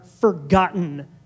forgotten